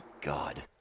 god